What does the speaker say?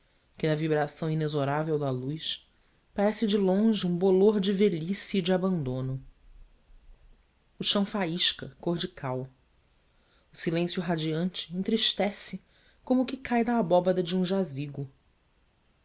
que na vibração inexorável da luz parece de longe um bolar de velhice e de abandono o chão faísca cor de cal o silêncio radiante entristece como o que cai da abóbada de um jazigo